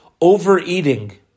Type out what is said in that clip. overeating